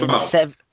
seven